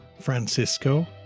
Francisco